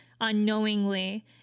unknowingly